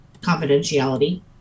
confidentiality